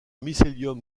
mycélium